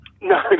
No